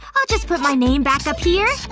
i'll just put my name back up here